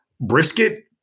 brisket